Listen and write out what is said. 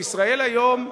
"ישראל היום".